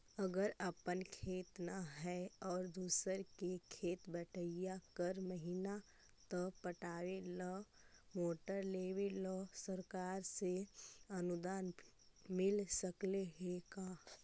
अगर अपन खेत न है और दुसर के खेत बटइया कर महिना त पटावे ल मोटर लेबे ल सरकार से अनुदान मिल सकले हे का?